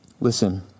Listen